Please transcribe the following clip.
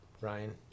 Ryan